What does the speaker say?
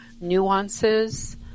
nuances